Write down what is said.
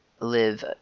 live